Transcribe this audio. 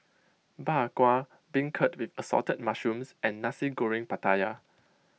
Bak Kwa Beancurd with Assorted Mushrooms and Nasi Goreng Pattaya